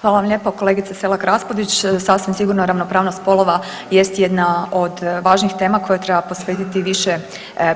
Hvala vam lijepo kolegice Selak Raspudić, sasvim sigurno ravnopravnost spolova jest jedna od važnih tema kojoj treba posvetiti više